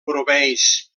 proveeix